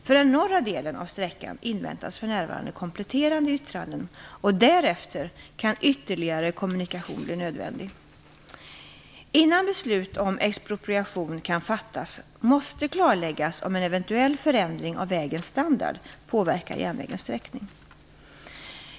För den norra delen av sträckan inväntas för närvarande kompletterande yttranden och därefter kan ytterligare kommunikation bli nödvändig. Innan beslut om expropriation kan fattas, måste klarläggas om en eventuell förändring av vägens standard påverkar järnvägens sträckning.